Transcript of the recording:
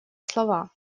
слова